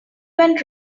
went